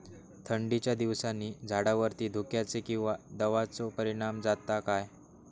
थंडीच्या दिवसानी झाडावरती धुक्याचे किंवा दवाचो परिणाम जाता काय?